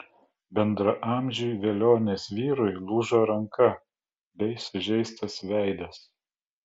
bendraamžiui velionės vyrui lūžo ranka bei sužeistas veidas